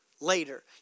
Later